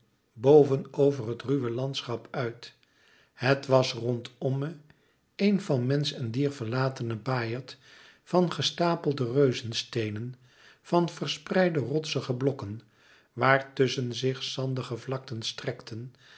over het ruwe landschap uit het was rondomme een van mensch en dier verlatene baaierd van gestapelde reuzensteenen van verspreide rotsige blokken waar tusschen zich zandige vlakten strekten